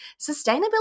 Sustainability